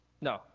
No